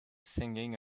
singing